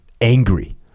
angry